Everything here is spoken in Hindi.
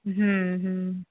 हूँ हूँ